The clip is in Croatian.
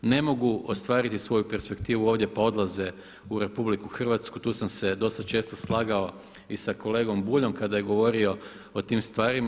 Ne mogu ostvariti svoju perspektivu ovdje pa odlaze u RH, tu sam se dosta često slagao i sa kolegom Buljom kada je govorio o tim stvarima.